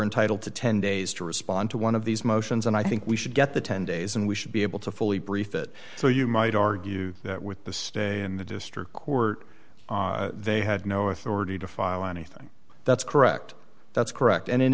entitled to ten days to respond to one of these motions and i think we should get the ten days and we should be able to fully brief it so you might argue that with the stay in the district court they had no authority to file anything that's correct that's correct and in